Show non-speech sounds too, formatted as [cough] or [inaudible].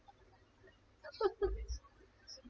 [laughs]